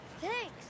Thanks